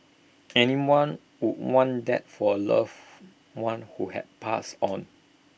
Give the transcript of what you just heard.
anyone would want that for A loved one who has passed on